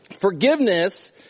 forgiveness